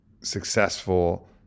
successful